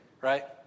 right